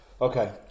Okay